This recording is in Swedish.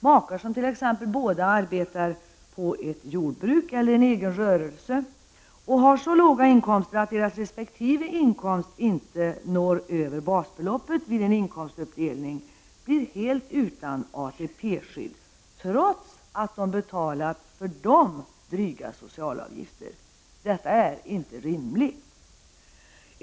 Makar som t.ex. båda arbetar på ett jordbruk eller i en egen rörelse och har så låga inkomster att deras resp. inkomst inte når över basbeloppet vid en inkomstuppdelning blir helt utan ATP-skydd — trots att de betalat för dem dryga sociala avgifter. Detta är inte rimligt.